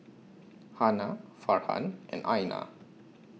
Hana Farhan and Aina